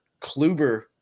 Kluber